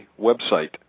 website